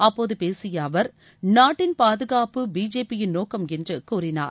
அப்போது பேசிய அவர் நாட்டின் பாதுகாப்பு பிஜேபியின் நோக்கம் என்று கூறினார்